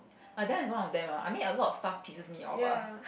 err that is one of them ah I mean a lot of stuff pisses me off ah